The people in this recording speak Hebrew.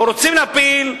או רוצים להפיל,